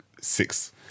six